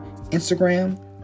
Instagram